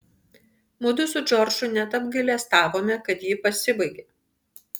mudu su džordžu net apgailestavome kad ji pasibaigė